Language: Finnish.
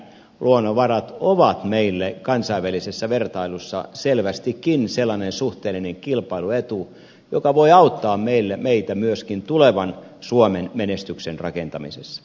luonnonvarat ovat meille kansainvälisessä vertailussa selvästikin sellainen suhteellinen kilpailuetu joka voi auttaa meitä myöskin tulevan suomen menestyksen rakentamisessa